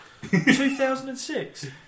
2006